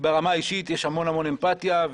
ברמה האישית יש המון המון אמפטיה,